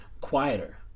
quieter